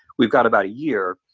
we've got about a year.